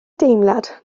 deimlad